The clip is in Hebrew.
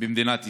במדינת ישראל.